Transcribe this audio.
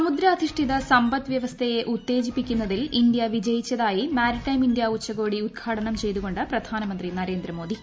സമുദ്രാധിഷ്ഠിത സമ്പദ് വൃവസ്ഥയെ ഉത്തേജിപ്പിക്കുന്നതിൽ ഇന്ത്യ വിജയിച്ചതായി മാരിടൈം ഇന്ത്യ ഉച്ചകോടി ഉദ്ഘാടനം ചെയ്തുകൊണ്ട് പ്രധാനമന്ത്രി നരേന്ദ്ര മോദി